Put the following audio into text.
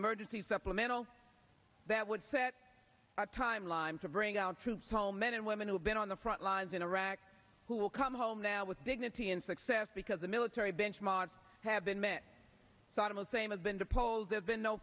emergency supplemental that would set our timeline to bring our troops home men and women who have been on the front lines in iraq who will come home now with dignity and success because the military benchmarks have been met saddam hussein of been the polls there's been no